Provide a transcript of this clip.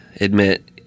admit